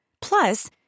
Plus